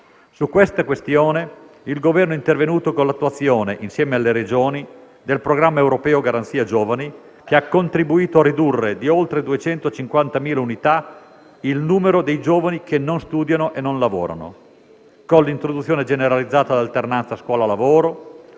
Su questa questione il Governo è intervenuto con l'attuazione, insieme alle Regioni, del programma europeo Garanzia Giovani che ha contribuito a ridurre di oltre 250.000 unità il numero dei giovani che non studiano e non lavorano, con l'introduzione generalizzata dell'alternanza scuola-lavoro